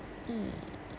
mm